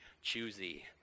choosy